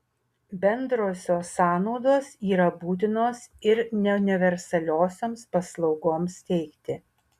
bendrosios sąnaudos yra būtinos ir neuniversaliosioms paslaugoms teikti